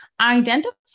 identify